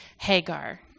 Hagar